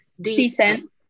decent